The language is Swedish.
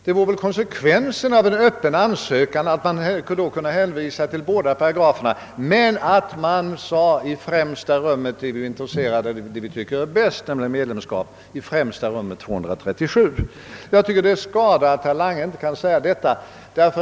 Eftersom vi gjort en öppen ansökan borde konsekvensen vara att vi hänvisade till båda para graferna men samtidigt framhöll, att vi är mest intresserade av att förhandla om det som vi tycker är det bästa, nämligen medlemskap enligt 8 237. Jag tycker det är skada att herr Lange inte kan säga detta.